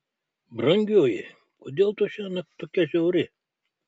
brangioji kodėl tu šiąnakt tokia žiauri